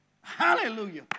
hallelujah